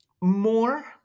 more